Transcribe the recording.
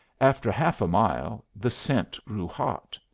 after half a mile the scent grew hot.